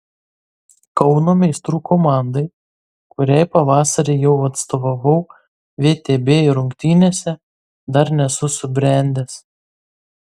kauno meistrų komandai kuriai pavasarį jau atstovavau vtb rungtynėse dar nesu subrendęs